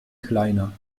kleiner